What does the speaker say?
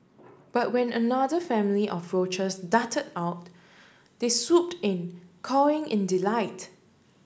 but when another family of roaches darted out they swooped in cawing in delight